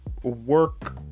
work